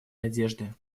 надежды